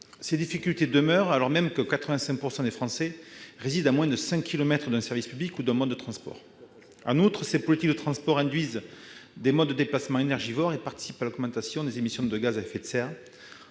Ces difficultés demeurent, alors même que 85 % des Français résident à moins de cinq kilomètres d'un service public ou d'un mode de transport. En outre, ces politiques de transports induisent des modes de déplacement énergivores et participent à l'augmentation des émissions de gaz à effet de serre